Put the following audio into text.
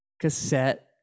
cassette